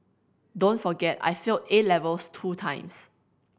don't forget I failed A levels two times